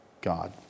God